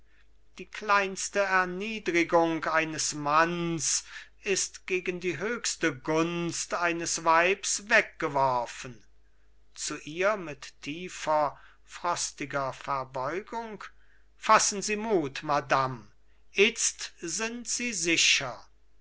die kleinste erniedrigung eines manns ist gegen die höchtse gunst eines weibs weggeworfen zu ihr mit tiefer frostiger verbeugung fassen sie mut madam itzt sind sie sicher